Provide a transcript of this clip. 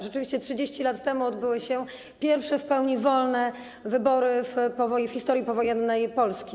Rzeczywiście 30 lat temu odbyły się pierwsze w pełni wolne wybory w historii powojennej Polski.